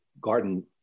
garden